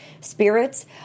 spirits